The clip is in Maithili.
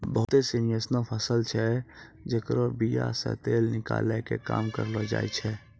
बहुते सिनी एसनो फसल छै जेकरो बीया से तेल निकालै के काम करलो जाय छै